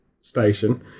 station